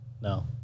No